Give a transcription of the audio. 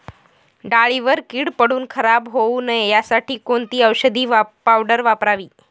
डाळीवर कीड पडून खराब होऊ नये यासाठी कोणती औषधी पावडर वापरावी?